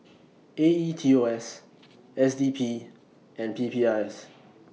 A E T O S S D P and P P I S